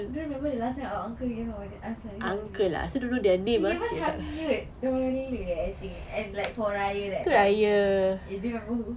don't remember the last time our uncle gave us money ask money suddenly he gave us hundred dollar eh I think and like for raya that time do you remember who